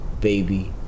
baby